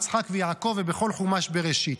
יצחק ויעקב ובכל חומש בראשית.